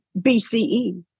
BCE